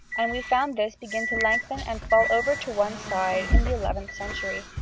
and we find this began to lengthen and fall over to one side in the eleventh century,